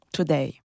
Today